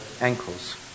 ankles